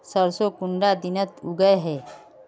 सरसों कुंडा दिनोत उगैहे?